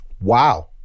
Wow